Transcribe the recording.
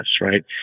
right